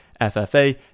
FFA